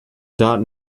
dot